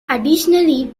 additionally